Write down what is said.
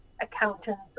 accountants